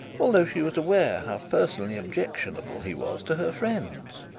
although she was aware how personally objectionable he was to her friends.